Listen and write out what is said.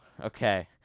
Okay